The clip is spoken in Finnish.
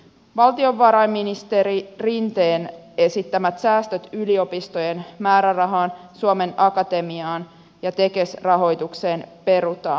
valtiovarainministeri rinteen esittämät säästöt yliopistojen määrärahaan suomen akatemiaan ja tekes rahoitukseen perutaan